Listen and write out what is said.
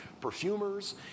perfumers